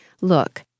look